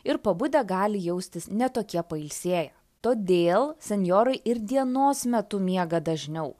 ir pabudę gali jaustis ne tokie pailsėję todėl senjorai ir dienos metu miega dažniau